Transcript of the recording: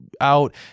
out